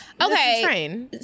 Okay